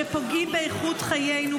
שפוגעים באיכות חיינו,